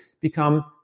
become